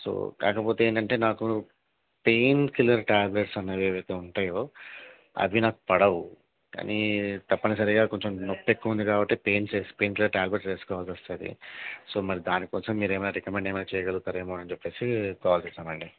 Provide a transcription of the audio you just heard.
so కాకపోతే ఏంటంటే నాకు పెయిన్ కిల్లర్ ట్యాబ్లెట్స్ అనేవి ఏవైతే ఉంటాయో అవి నాకు పడవు కానీ తప్పనిసరిగా కొంచెం నొప్పి ఎక్కువుంది కాబట్టి పెయిన్ వేసు పెయిన్ కిల్లర్ ట్యాబ్లెట్స్ వేసుకోవాల్సొస్తది సో మరి దానికోసం మీరేమైనా రికమెండ్ ఏమైనా చేయగలుగుతారేమో అని చెప్పేసి కాల్ చేసామండి